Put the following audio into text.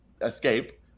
escape